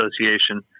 Association